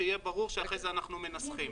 שיהיה ברור שאחרי זה אנחנו מנסחים.